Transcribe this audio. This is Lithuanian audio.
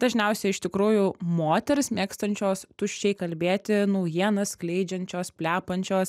dažniausiai iš tikrųjų moters mėgstančios tuščiai kalbėti naujienas skleidžiančios plepančios